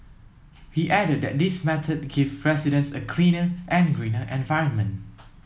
he added that this method give residents a cleaner and greener environment